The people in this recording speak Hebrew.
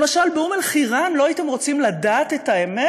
למשל באום אל-חיראן, לא הייתם רוצים לדעת את האמת?